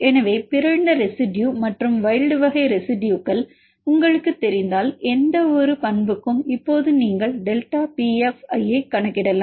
எனவே பிறழ்ந்த ரெசிடுயு மற்றும் வைல்ட் வகை ரெசிடுயுகள் உங்களுக்குத் தெரிந்தால் எந்தவொரு பண்புக்கும் இப்போது நீங்கள் டெல்டா பி ஐ கணக்கிடலாம்